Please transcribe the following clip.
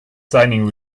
signing